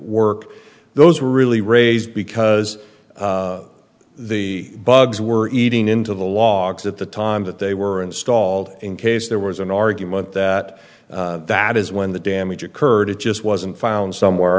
work those were really raised because the bugs were eating into the logs at the time that they were installed in case there was an argument that that is when the damage occurred it just wasn't found somewhere